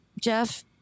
Jeff